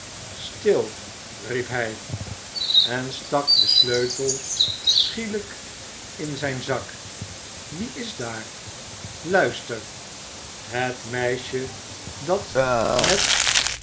stil riep hij en stak den sleutel schielijk in zijn zak wie is daar luister het meisje dat met